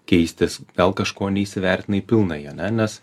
keistis gal kažko neįsivertinai pilnai ana nes